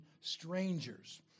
strangers